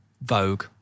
Vogue